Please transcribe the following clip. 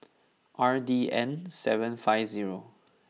R D N seven five zero